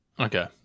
Okay